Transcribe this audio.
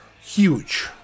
huge